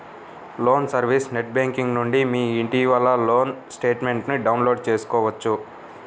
loan service net banking నుండి మీ ఇటీవలి లోన్ స్టేట్మెంట్ను డౌన్లోడ్ చేసుకోవచ్చు